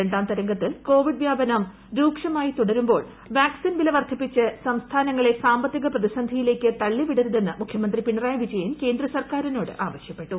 രണ്ടാം തരംഗത്തിൽ കോവിഡ് വ്യാപനം രക്ഷമായി തുടരുമ്പോൾ വാക്സീൻ വില വർധിപ്പിച്ച് സംസ്ഥാനങ്ങളെ സാമ്പത്തിക പ്രതിസന്ധിയിലേക്ക് തള്ളി വിടരുതെന്ന് മുഖ്യമന്ത്രി പിണറായി വിജയൻ കേന്ദ്ര സർക്കാരിനോട് ആവശ്യപ്പെട്ടു